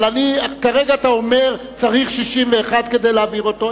אבל כרגע אתה אומר שצריך 61 כדי להעביר אותו.